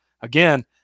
again